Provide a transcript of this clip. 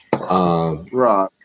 Right